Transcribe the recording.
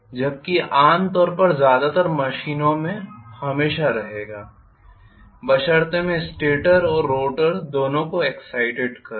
जबकि यह आम तौर पर ज्यादातर मशीनों में हमेशा रहेगा बशर्ते मैं स्टेटर और रोटर दोनों को एग्ज़ाइटेड करूं